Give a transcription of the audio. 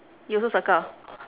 you also circle